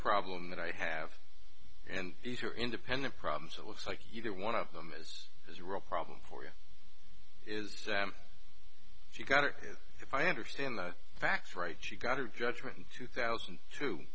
problem that i have and these are independent problems it looks like either one of them is as a real problem for you is them if you got it if i understand the facts right she got her judgment in two thousand